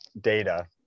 data